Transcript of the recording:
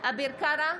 אביר קארה,